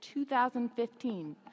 2015